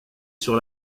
sur